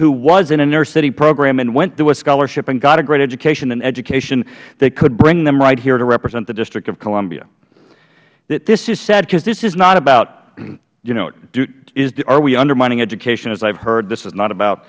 who was in an inner city program and went through a scholarship and got a great education an education that could bring them right here to represent the district of columbia yet this is sad because this is not about are we undermining education as i have heard this is not about